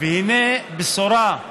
והינה בשורה,